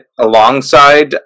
alongside